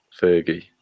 Fergie